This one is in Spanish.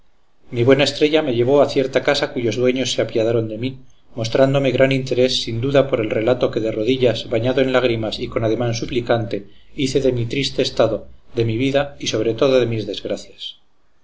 mi buena estrella me llevó a cierta casa cuyos dueños se apiadaron de mí mostrándome gran interés sin duda por el relato que de rodillas bañado en lágrimas y con ademán suplicante hice de mi triste estado de mi vida y sobre todo de mis desgracias